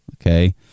Okay